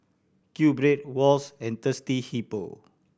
QBread Wall's and Thirsty Hippo